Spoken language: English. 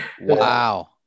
Wow